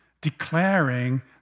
declaring